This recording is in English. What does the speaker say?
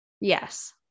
Yes